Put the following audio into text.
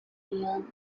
beyond